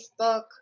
Facebook